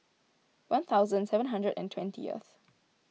one thousand seven hundred and twentieth